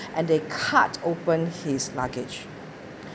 and they cut open his luggage